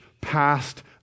past